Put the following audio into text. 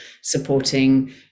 supporting